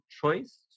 choice